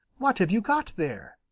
what have you got there?